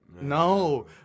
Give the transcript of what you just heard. No